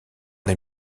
les